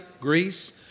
Greece